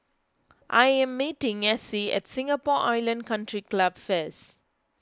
I am meeting Essie at Singapore Island Country Club first